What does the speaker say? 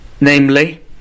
Namely